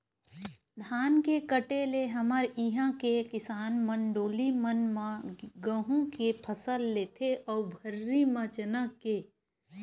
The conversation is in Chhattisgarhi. धान के कटे ले हमर इहाँ के किसान मन डोली मन म गहूँ के फसल लेथे अउ भर्री म चना के